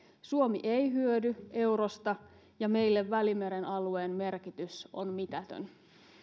suomi ei hyödy eurosta ja meille välimeren alueen merkitys on mitätön